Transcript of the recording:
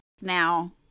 Now